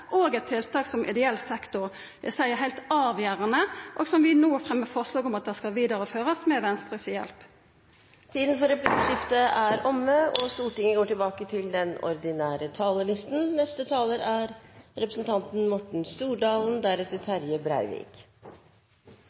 eit tiltak som ideell sektor seier er heilt avgjerande, og som vi no fremjar forslag om at skal vidareførast med hjelp frå Venstre. Replikkordskiftet er omme. Når vi debatterer forslaget om å videreføre samarbeidsavtalen med ideell sektor og egne anbudsrunder, er